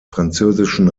französischen